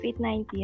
COVID-19